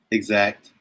Exact